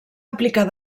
aplicar